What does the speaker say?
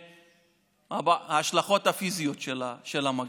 מההשלכות הפיזיות של המגפה.